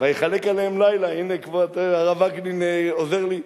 "ויחלק עליהם לילה"; הנה, הרב וקנין עוזר לי.